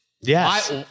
Yes